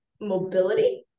mobility